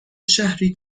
شهری